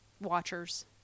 watchers